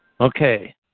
Okay